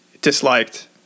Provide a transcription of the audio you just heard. disliked